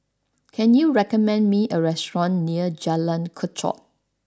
can you recommend me a restaurant near Jalan Kechot